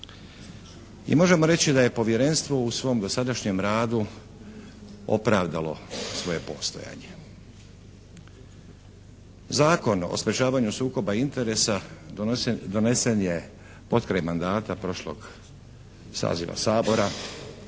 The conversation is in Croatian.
I možemo reći da je Povjerenstvo u svom dosadašnjem radu opravdalo svoje postojanje. Zakon o sprječavanju sukoba interesa donesen je potkraj mandata prošlog saziva Sabora,